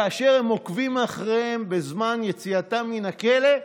כאשר הם עוקבים אחריהם בזמן יציאתם מן הכלא,